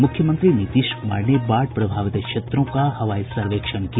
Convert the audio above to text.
मुख्यमंत्री नीर्तीश कुमार ने बाढ़ प्रभावित क्षेत्रों का हवाई सर्वेक्षण किया